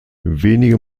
wenige